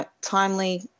timely